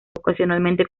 ocasionalmente